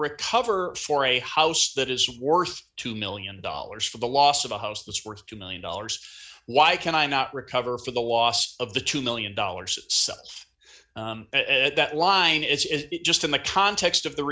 recover for a house that is worth two million dollars for the loss of a house that's worth two million dollars why can i not recover for the loss of the two million dollars that line is is it just in the context of the